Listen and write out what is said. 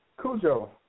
Cujo